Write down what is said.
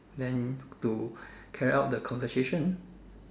then to carry out the conversation